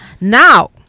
Now